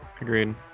agreed